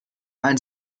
einen